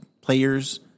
players